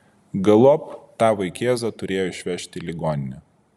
galop tą vaikėzą turėjo išvežti į ligoninę